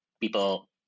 people